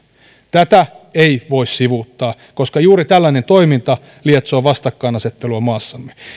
tätä ei voi sivuuttaa koska juuri tällainen toiminta lietsoo vastakkainasettelua maassamme